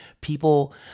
people